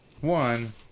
one